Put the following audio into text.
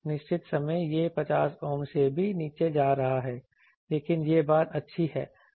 निश्चित समय यह 50 Ohm से भी नीचे जा रहा है लेकिन यह बात अच्छी है